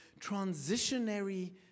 transitionary